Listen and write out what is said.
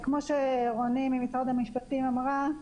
כמו שרוני ממשרד המשפטים אמרה,